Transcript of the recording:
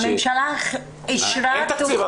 הממשלה אישרה --- אין תקציב,